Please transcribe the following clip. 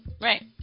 Right